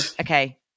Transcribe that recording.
Okay